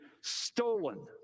stolen